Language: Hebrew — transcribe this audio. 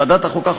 ועדת החוקה,